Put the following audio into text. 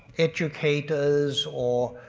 educators or.